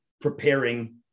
preparing